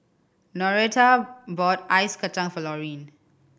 Noreta bought ice kacang for Loreen